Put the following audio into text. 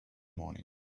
morning